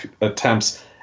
attempts